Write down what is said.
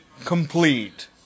complete